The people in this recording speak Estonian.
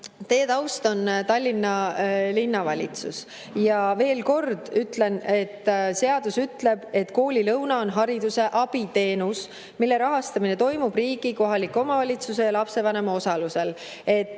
taust on Tallinna Linnavalitsus. Veel kord: seadus ütleb, et koolilõuna on hariduse abiteenus, mille rahastamine toimub riigi, kohaliku omavalitsuse ja lapsevanema osalusel.